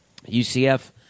UCF